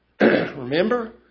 Remember